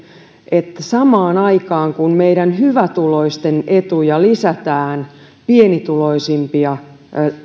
että samaan aikaan kun meidän hyvätuloisten etuja lisätään pienituloisimpia